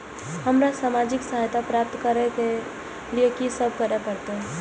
हमरा सामाजिक सहायता प्राप्त करय के लिए की सब करे परतै?